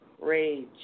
rage